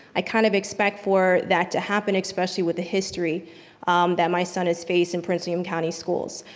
i kind of expect for that to happen especially with the history that my son has faced in prince william county schools.